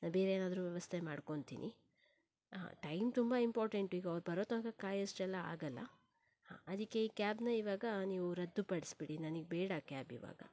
ನಾನು ಬೇರೆ ಏನಾದರೂ ವ್ಯವಸ್ಥೆ ಮಾಡ್ಕೊತಿನಿ ಹಾಂ ಟೈಮ್ ತುಂಬ ಇಂಪಾರ್ಟೆಂಟು ಈಗ ಅವ್ರು ಬರೋ ತನಕ ಕಾಯೋಷ್ಟ್ ಎಲ್ಲ ಆಗೋಲ್ಲ ಅದಕ್ಕೆ ಈ ಕ್ಯಾಬ್ನ ಇವಾಗ ನೀವು ರದ್ದು ಪಡಿಸ್ಬಿಡಿ ನನಗ್ ಬೇಡ ಕ್ಯಾಬ್ ಇವಾಗ